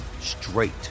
straight